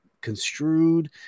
construed